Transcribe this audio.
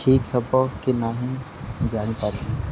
ଠିକ୍ ହେବ କି ନାହିଁ ଜାଣିପାରୁନି